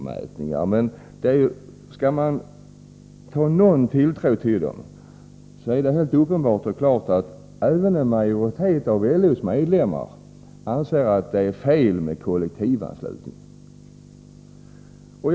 Men skall man sätta någon tilltro till dem, är det helt uppenbart att även en majoritet av LO:s medlemmar anser att det är fel med kollektivanslutning.